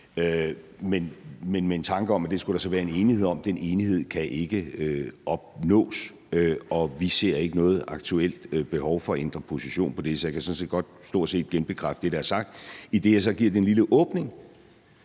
men med en tanke om, at det skulle der så være en enighed om. Den enighed kan ikke opnås, og vi ser ikke noget aktuelt behov for at ændre position på det. Så jeg kan sådan set godt stort set genbekræfte det, der er sagt, idet jeg så giver den lille åbning,